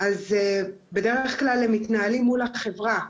אז בדרך כלל הם מתנהלים מול החברה.